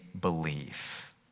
believe